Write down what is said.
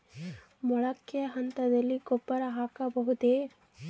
ಮೊಳಕೆ ಹಂತದಲ್ಲಿ ಗೊಬ್ಬರ ಹಾಕಬಹುದೇ?